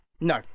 No